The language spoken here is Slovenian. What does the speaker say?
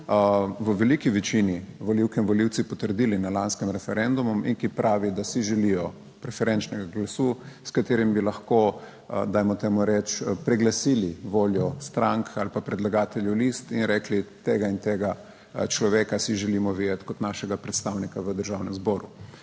v veliki večini volivke in volivci potrdili na lanskem referendumu in ki pravi, da si želijo preferenčnega glasu, s katerim bi lahko, dajmo temu reči, preglasili voljo strank ali pa predlagateljev list in rekli, tega in tega človeka si želimo videti kot našega predstavnika v Državnem zboru.